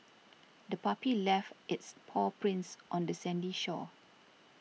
the puppy left its paw prints on the sandy shore